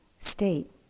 state